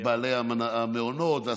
בעלי המעונות.